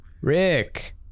Rick